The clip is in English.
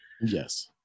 Yes